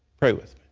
pray with